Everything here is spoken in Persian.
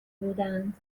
بودند